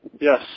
Yes